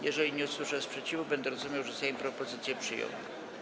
Jeżeli nie usłyszę sprzeciwu, będę rozumiał, że Sejm propozycję przyjął.